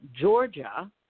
Georgia